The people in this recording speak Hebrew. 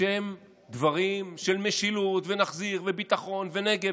בשם דברים של משילות, ונחזיר, וביטחון, ונגב.